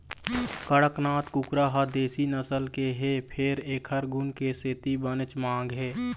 कड़कनाथ कुकरा ह देशी नसल के हे फेर एखर गुन के सेती बनेच मांग हे